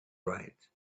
right